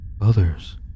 Others